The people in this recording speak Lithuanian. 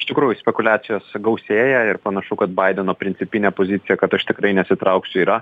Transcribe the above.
iš tikrųjų spekuliacijos gausėja ir panašu kad baideno principinė pozicija kad aš tikrai nesitrauksiu yra